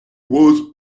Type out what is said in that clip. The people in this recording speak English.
was